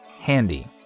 Handy